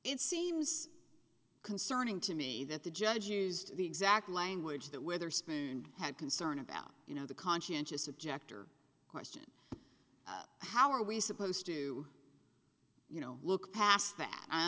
it seems concerning to me that the judge is the exact language that witherspoon and concern about you know the conscientious objector question how are we supposed to you know look past that